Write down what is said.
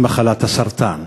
היא מחלת הסרטן.